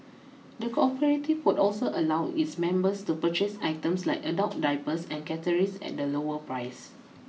the cooperative would also allow its members to purchase items like adult diapers and catharis at a lower price